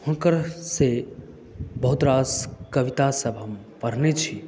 हुनकर से बहुत रास कविता सब हम पढ़ने छी